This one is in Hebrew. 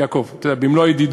יעקב, אתה יודע, במלוא הידידות,